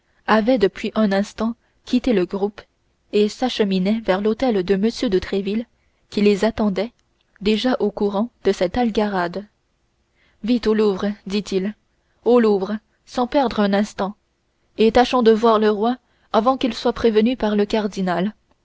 avaient depuis un instant quitté le groupe et s'acheminaient vers l'hôtel de m de tréville qui les attendait déjà au courant de cette algarade vite au louvre dit-il au louvre sans perdre un instant et tâchons de voir le roi avant qu'il soit prévenu par le cardinal